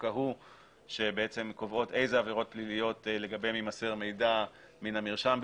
ההוא שקובעות איזה עבירות פליליות לגביהן יימסר מידע מן המרשם,